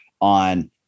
on